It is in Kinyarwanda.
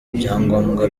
byangombwa